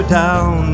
down